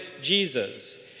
Jesus